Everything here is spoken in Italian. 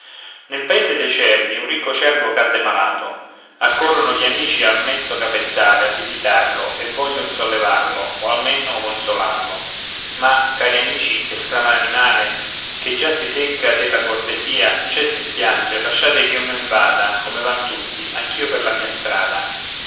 nel paese dei cervi un ricco cervo cadde malato accorrono gli amici al mesto capezzale a visitarlo e voglion sollevarlo o almeno consolarlo ma cari amici esclama l'animale che già si secca della cortesia cessi il pianto e lasciate ch'io men vada come van tutti anch'io per la mia strada